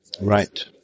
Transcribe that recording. Right